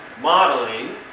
modeling